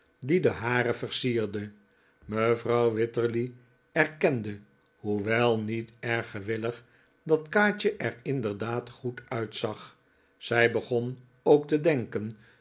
die de hare versierde mevrouw wititterly erkende hoewel niet erg gewillig dat kaatje er inderdaad goed uitzag zij begon ook te denken